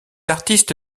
artiste